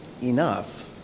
enough